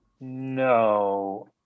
No